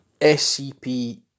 SCP